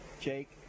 Jake